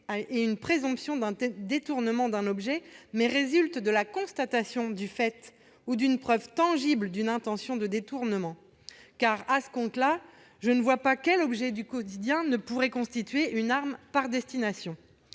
et une présomption de détournement d'un objet, mais résulte de la constatation du fait ou d'une preuve tangible d'une intention de détournement. Autrement, je ne vois pas quel objet du quotidien ne pourrait pas constituer une arme par destination